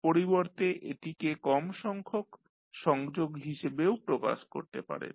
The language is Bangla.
পরিবর্তে এটিকে কম সংখ্যক সংযোগ হিসেবেও প্রকাশ করতে পারেন